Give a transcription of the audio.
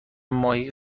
ماهی